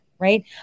Right